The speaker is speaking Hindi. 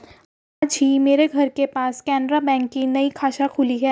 आज ही मेरे घर के पास केनरा बैंक की नई शाखा खुली है